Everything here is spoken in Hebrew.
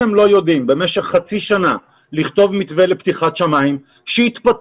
אם הם לא יודעים במשך חצי שנה לכתוב מתווה לפתיחת שמיים שיתפטרו,